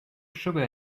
sugar